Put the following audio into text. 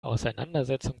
auseinandersetzung